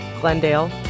Glendale